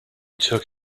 took